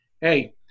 Hey